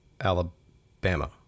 Alabama